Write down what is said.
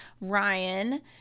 ryan